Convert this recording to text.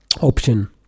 option